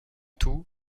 tout